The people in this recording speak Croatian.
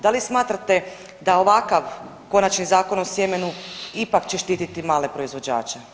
Da li smatrate da ovakav Konačni zakon o sjemenu ipak će štititi male proizvođače?